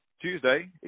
Tuesday